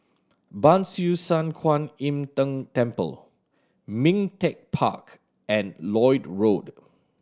Ban Siew San Kuan Im Tng Temple Ming Teck Park and Lloyd Road